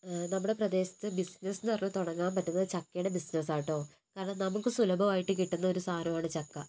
നമ്മുടെ പ്രദേശത്ത് ബിസിനസ്സ് എന്നു പറഞ്ഞു തുടങ്ങാൻ പറ്റുന്നത് ചക്കയുടെ ബിസിനസ്സാണ് കേട്ടോ കാരണം നമുക്ക് സുലഭമായിട്ട് കിട്ടുന്ന ഒരു സാധനമാണ് ചക്ക